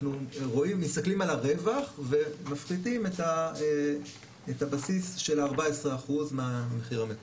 אנחנו מסתכלים על הרווח ומפחיתים את הבסיס של ה-14% מהמחיר המקורי.